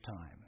time